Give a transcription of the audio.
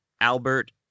Albert